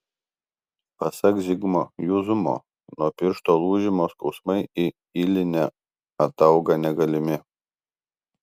pasak zigmo juzumo nuo piršto lūžimo skausmai į ylinę ataugą negalimi